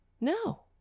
No